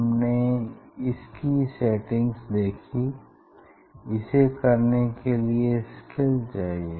हमने इसकी सेटिंग्स देखी इसे करने के लिए स्किल चाहिए